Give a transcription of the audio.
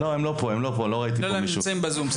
לא, הם נמצאים בזום.